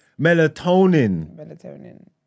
Melatonin